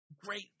great